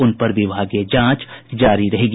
उन पर विभागीय जांच जारी रहेगी